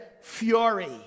fury